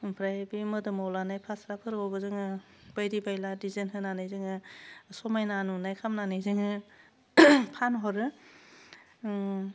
ओमफ्राय बे मोदोमाव लानाय फास्राफोरखौबो जोङो बायदि बायला दिजाइन होनानै जोङो समायना नुनाय खालामनानै जोङो फानहरो ओह